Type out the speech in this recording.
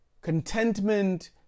contentment